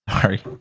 Sorry